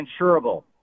insurable